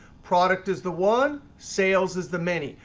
product is the one. sales is the many.